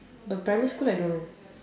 but primary school I don't know